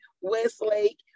Westlake